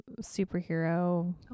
superhero